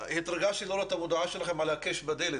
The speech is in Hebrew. התרגשתי מאוד לראות את המודעה שלכם על 'הקש בדלת',